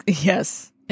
Yes